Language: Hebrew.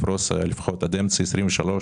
לפרוס לפחות עד אמצע 2023,